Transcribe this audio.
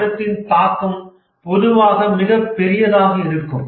மாற்றத்தின் தாக்கம் பொதுவாக மிகப் பெரியதாக இருக்கும்